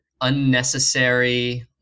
unnecessary